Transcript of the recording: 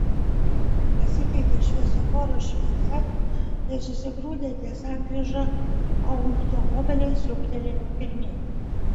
kaip tik pasikeitė šviesoforo šviesa ir susigrūdę ties sankryža automobiliai siūbtelėjo pirmyn